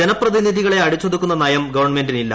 ജനപ്രതിനിധികളെ അടിച്ചൊതുക്കുന്ന നയം ഗവൺമെന്റിനില്ല